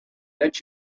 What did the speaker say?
that